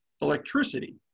electricity